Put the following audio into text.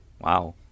Wow